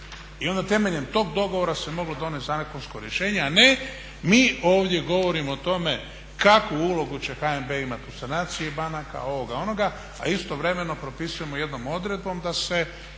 I onda temeljem tog dogovora se moglo donest zakonsko rješenje, a ne mi ovdje govorimo o tome kakvu ulogu će HNB imati u sanaciji banaka, ovoga, onoga, a istovremeno propisujemo jednom odredbom da se